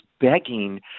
begging